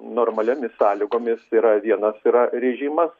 normaliomis sąlygomis yra viena yra režimas